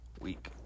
week